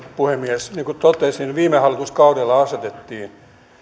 puhemies niin kuin totesin viime hallituskaudella asetettiin